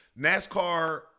NASCAR